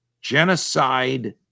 Genocide